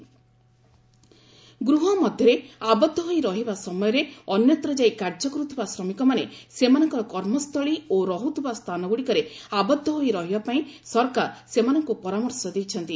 ଗଭ୍ migrant workers ଗୃହ ମଧ୍ୟରେ ଆବଦ୍ଧ ହୋଇ ରହିବା ସମୟରେ ଅନ୍ୟତ୍ର ଯାଇ କାର୍ଯ୍ୟ କରୁଥିବା ଶ୍ରମିକମାନେ ସେମାନଙ୍କର କର୍ମସ୍ଥଳୀ ଓ ରହୁଥିବା ସ୍ଥାନଗୁଡ଼ିକରେ ଆବଦ୍ଧ ହୋଇ ରହିବାପାଇଁ ସରକାର ସେମାନଙ୍କୁ ପରାମର୍ଶ ଦେଇଛନ୍ତି